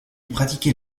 pratiquer